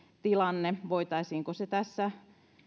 tilanteesta voitaisiinko se tässä